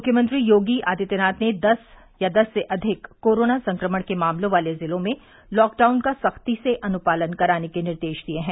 मुख्यमंत्री योगी आदित्यनाथ ने दस या दस से अधिक कोरोना संक्रमण के मामलों वाले जिलों में लॉकडाउन का सख्ती से अनुपालन कराने के निर्देश दिए हैं